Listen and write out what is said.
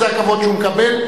זה הכבוד שהוא מקבל.